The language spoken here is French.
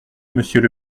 monsieur